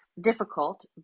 difficult